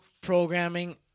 programming